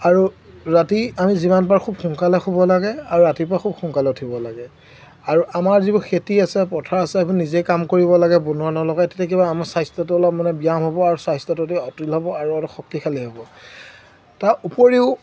আৰু ৰাতি আমি যিমান পাৰোঁ খুব সোনকালে শুব লাগে আৰু ৰাতিপুৱা খুব সোনকালে উঠিব লাগে আৰু আমাৰ যিবোৰ খেতি আছে পথাৰ আছে আপুনি নিজেই কাম কৰিব লাগে বনোৱা নলগাই তেতিয়া কিবা আমাৰ স্বাস্থ্যটো অলপ মানে ব্যায়াম হ'ব আৰু স্বাস্থ্যটো অতি অতুল হ'ব আৰু অলপ শক্তিশালী হ'ব তাৰ উপৰিও